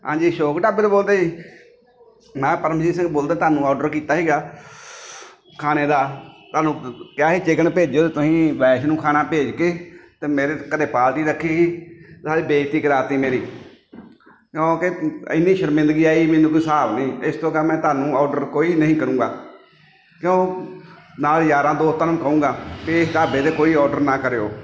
ਹਾਂਜੀ ਅਸ਼ੋਕ ਢਾਬੇ ਤੋਂ ਬੋਲਦੇ ਮੈਂ ਪਰਮਜੀਤ ਸਿੰਘ ਬੋਲਦਾ ਤੁਹਾਨੂੰ ਆਰਡਰ ਕੀਤਾ ਸੀਗਾ ਖਾਣੇ ਦਾ ਤੁਹਾਨੂੰ ਕਿਹਾ ਸੀ ਚਿਕਨ ਭੇਜਿਓ ਅਤੇ ਤੁਸੀਂ ਵੈਸ਼ਨੂੰ ਖਾਣਾ ਭੇਜ ਕੇ ਅਤੇ ਮੇਰੇ ਘਰ ਪਾਲਟੀ ਰੱਖੀ ਸੀ ਨਾਲੇ ਬੇਇੱਜ਼ਤੀ ਕਰਾ ਦਿੱਤੀ ਮੇਰੀ ਕਿਉਂਕਿ ਐਨੀ ਸ਼ਰਮਿੰਦਗੀ ਆਈ ਮੈਨੂੰ ਕੋਈ ਹਿਸਾਬ ਨਹੀਂ ਇਸ ਤੋਂ ਅਗਾਂਹ ਮੈਂ ਤੁਹਾਨੂੰ ਆਰਡਰ ਕੋਈ ਨਹੀਂ ਕਰੂੰਗਾ ਕਿਉਂ ਉਹ ਨਾਲ ਯਾਰਾਂ ਦੋਸਤਾਂ ਨੂੰ ਕਹਾਂਗਾ ਕਿ ਇਹ ਢਾਬੇ 'ਤੇ ਕੋਈ ਆਰਡਰ ਨਾ ਕਰਿਓ